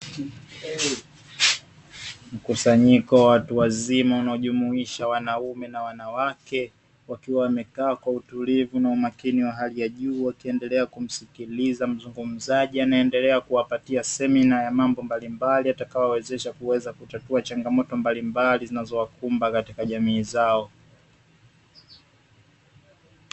Mkusanyiko wa watu wazima wanaojumuisha wanaume na wanawake, wakiwa wamekaa kwa utulivu na umakini wa hali ya juu, wakiendelea kumsikiliza mzungumzaji anaendelea kuwapatia semina ya mambo mbalimbali, yatakayowezesha kuweza kutatua changamoto mbalimbali zinazowakumba katika jamii zao.